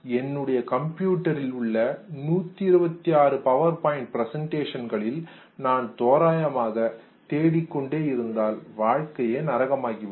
என்னுடைய கம்ப்யூட்டரில் உள்ள மற்ற 126 பவர்பாய்ண்ட் பிரசெண்டேஷன்களில் நான் தோராயமாக தேடிக்கொண்டே இருந்தால் வாழ்க்கையே நரகமாகிவிடும்